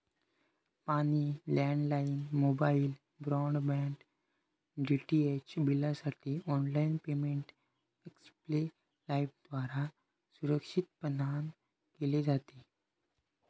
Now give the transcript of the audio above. पाणी, landline, mobile, broadband, DTH बिलांसाठी online payment Xpay लाइफद्वारा सुरक्षितपणान केले जाते